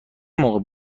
موقع